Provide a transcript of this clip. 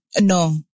no